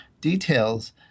details